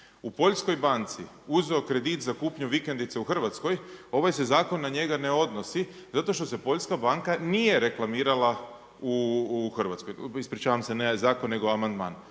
u poljskoj banci uzeo kredit za kupnju vikendice u Hrvatskoj, ovaj se zakon na njega ne odnosi zato što se poljska banka nije reklamirala u Hrvatskoj. Ispričavam se, ne zakon, nego amandman.